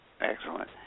Excellent